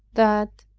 that,